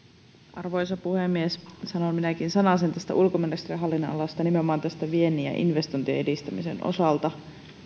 arvoisa puhemies sanon minäkin sanasen tästä ulkoministeriön hallinnonalasta nimenomaan viennin ja investointien edistämisen osalta